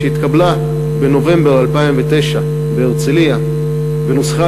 שהתקבלה בנובמבר 2009 בהרצלייה ונוסחה